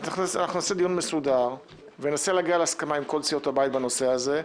אנחנו נעשה דיון מסודר וננסה להגיע להסכמה עם כל סיעות הבית בנושא הזה,